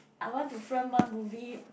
I want to film one movie